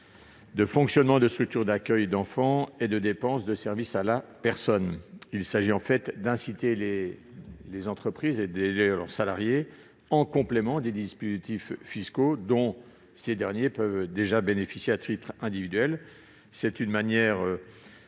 de fonctionnement de structures d'accueil d'enfants, ainsi que des dépenses de services à la personne. Il s'agit en fait d'inciter les entreprises à aider leurs salariés, en complément des dispositifs fiscaux dont ces derniers peuvent déjà bénéficier à titre individuel. C'est une manière,